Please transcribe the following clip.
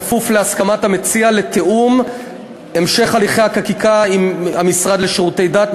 בכפוף להסכמת המציע לתיאום המשך הליכי החקיקה עם המשרד לשירותי דת,